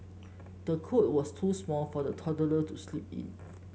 the cot was too small for the toddler to sleep in